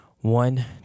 one